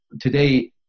today